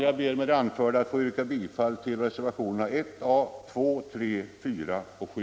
Jag ber med det anförda att få yrka bifall till reservationerna 1A, 2, 3A, 4 och 7A.